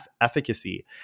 efficacy